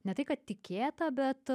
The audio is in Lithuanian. ne tai kad tikėta bet